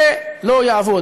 זה לא יעבוד.